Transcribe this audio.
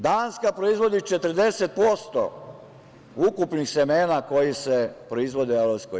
Danska proizvodi 40% ukupnih semena koji se proizvode u EU.